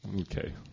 Okay